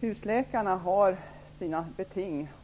husläkarna har sina beting.